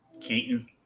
Keaton